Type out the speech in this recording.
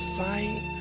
fight